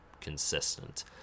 consistent